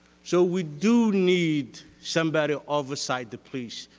so we do need somebody oversight the police,